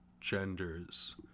genders